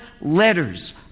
letters